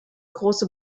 große